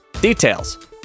Details